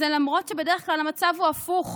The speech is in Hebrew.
זאת, למרות שבדרך כלל המצב הוא הפוך,